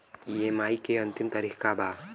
EMI के अंतिम तारीख का बा?